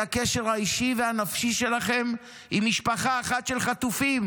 הקשר האישי והנפשי שלכם עם משפחה אחת של חטופים,